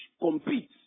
compete